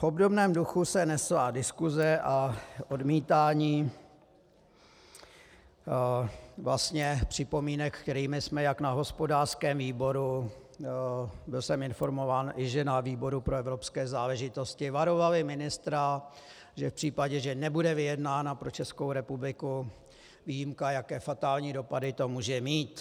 V obdobném duchu se nesla diskuse a odmítání připomínek, kterými jsme jak na hospodářském výboru, byl jsem informován, že i na výboru pro evropské záležitosti, varovali ministra, že v případě, že nebude vyjednána pro Českou republiku výjimka, jaké fatální dopady to může mít.